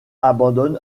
abandonne